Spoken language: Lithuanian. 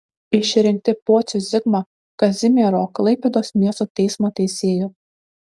išrinkti pocių zigmą kazimiero klaipėdos miesto teismo teisėju